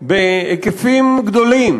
בהיקפים גדולים